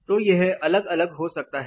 तो यह अलग अलग हो सकता है